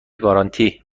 گارانتی